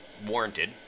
warranted